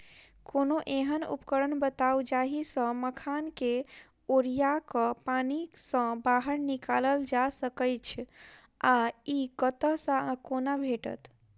कोनों एहन उपकरण बताऊ जाहि सऽ मखान केँ ओरिया कऽ पानि सऽ बाहर निकालल जा सकैच्छ आ इ कतह सऽ आ कोना भेटत?